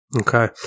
Okay